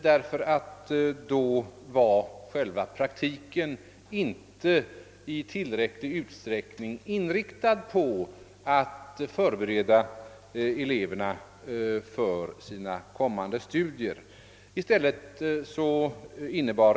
Då var nämligen själva praktiken inte i tillräcklig utsträckning inriktad på att förbereda eleverna för deras kommande studier.